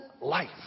life